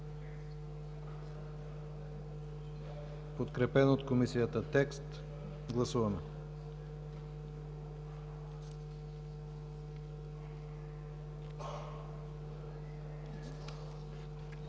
подкрепен от Комисията текст. Гласували